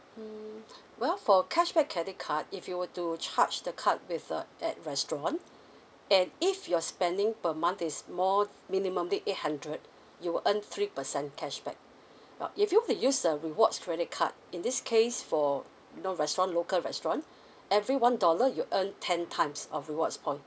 well for cashback credit card if you were to charge the card with uh at restaurant and if your spending per month is more minimally eight hundred you will earn three percent cashback now if you want to use the rewards credit card in this case for you know restaurant local restaurant every one dollar you earn ten times of rewards point